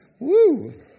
Woo